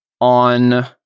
on